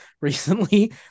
recently